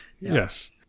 Yes